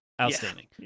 Outstanding